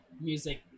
music